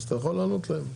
אתה יכול לענות להם.